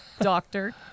Doctor